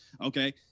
Okay